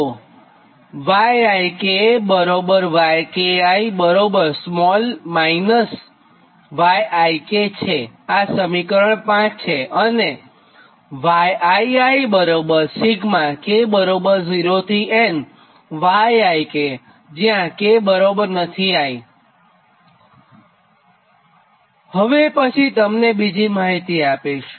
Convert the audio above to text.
તો YikYki yik છે આ સમીકરણ 5 છે અને હવે પછીતમને બીજી માહિતી આપીશ